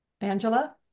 Angela